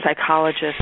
psychologist